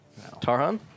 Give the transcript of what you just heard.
Tarhan